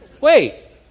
Wait